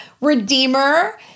redeemer